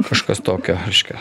kažkas tokio reiškia